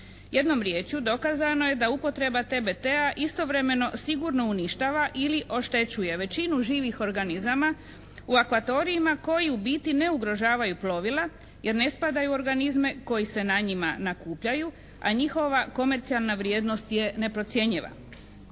Jednom riječju dokazano je da upotreba TBT-a istovremeno sigurno uništava ili oštećuje većinu živih organizama u akvatorijima koji u biti ne ugrožavaju plovila jer ne spadaju u organizme koji se na njima nakupljaju, a njihova komercijalna vrijednost je neprocjenjiva.